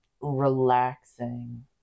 relaxing